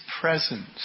presence